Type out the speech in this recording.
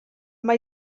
mae